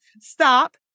Stop